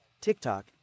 TikTok